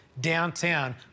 downtown